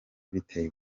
biteye